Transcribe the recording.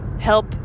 help